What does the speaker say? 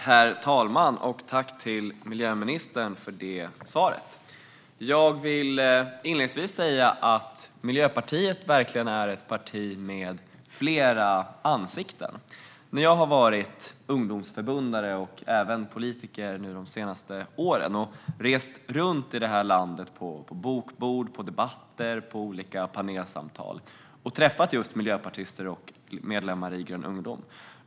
Herr talman! Jag tackar miljöministern för svaret. Låt mig inledningsvis säga att Miljöpartiet verkligen är ett parti med flera ansikten. Som ungdomsförbundare och sedan riksdagsledamot har jag rest runt i landet på bokbord, debatter och olika panelsamtal och träffat miljöpartister och medlemmar i Grön Ungdom.